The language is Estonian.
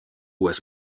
uues